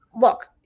look